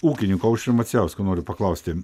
ūkininko aušrio macijausko noriu paklausti